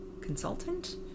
consultant